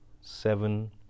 seven